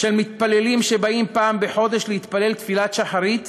של מתפללים שבאים פעם בחודש להתפלל תפילת שחרית